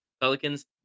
Pelicans